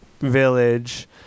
village